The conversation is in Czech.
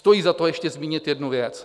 Stojí za to ještě zmínit jednu věc.